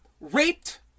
raped